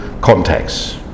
contacts